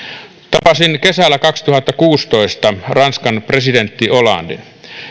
tapasin kesällä kaksituhattakuusitoista ranskan presidentti hollanden